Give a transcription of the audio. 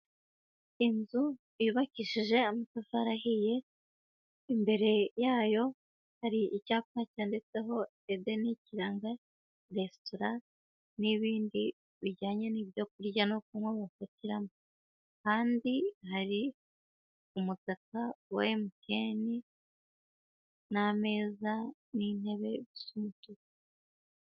Inzu yubakishije amatafari ahiye, imbere yayo hari icyapa cyanditseho Edeni kiranga restora n'ibindi bijyanye n'ibyo kurya no kunywa bafatiramo kandi hari umutaka wa MTN n'ameza n'intebe z'umutuku.